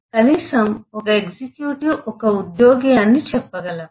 మళ్ళీ కనీసం ఒక ఎగ్జిక్యూటివ్ ఒక ఉద్యోగి అని చెప్పగలం